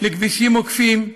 לכבישים עוקפים,